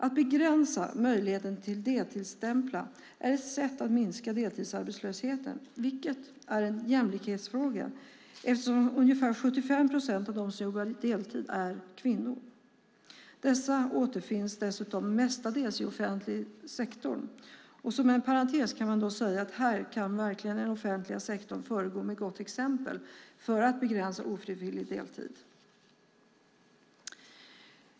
Att begränsa möjligheten att deltidsstämpla är ett sätt att minska deltidsarbetslösheten, vilket är en jämlikhetsfråga eftersom ungefär 75 procent av dem som jobbar deltid är kvinnor. Dessa återfinns dessutom mestadels i offentlig sektor. Som en parentes kan jag säga att den offentliga sektorn här verkligen kan föregå med gott exempel för att begränsa ofrivillig deltid.